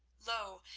lo!